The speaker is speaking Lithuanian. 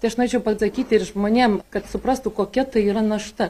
tai aš norėčiau pasakyti ir žmonėm kad suprastų kokia tai yra našta